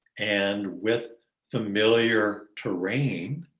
and with familiar terrain.